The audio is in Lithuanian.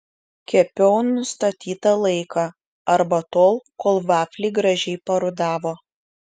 kepiau nustatytą laiką arba tol kol vafliai gražiai parudavo